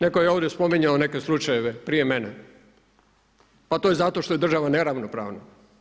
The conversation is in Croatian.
Netko je ovdje spominjao neke slučajeve prije mene, pa to je zato što je država neravnopravna.